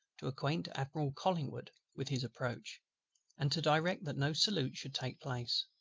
to acquaint admiral collingwood with his approach and to direct that no salute should take place,